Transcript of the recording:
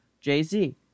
Jay-Z